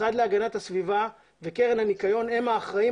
המשרד להגנת הסביבה וקרן הניקיון הם האחראים